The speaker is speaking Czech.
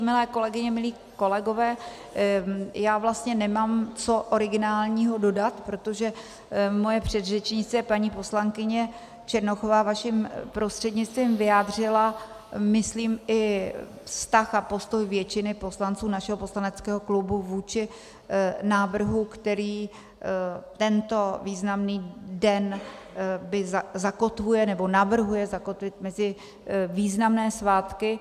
Milé kolegyně, milí kolegové, já vlastně nemám co originálního dodat, protože moje předřečnice paní poslankyně Černochová vaším prostřednictvím vyjádřila, myslím, i vztah a postoj většiny poslanců našeho poslaneckého klubu vůči návrhu, který tento významný den zakotvuje, nebo navrhuje zakotvit mezi významné svátky.